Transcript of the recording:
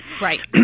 Right